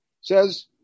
says